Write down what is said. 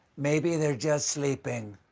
maybe they're just sleeping.